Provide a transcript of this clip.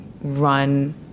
run